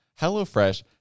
HelloFresh